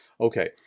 okay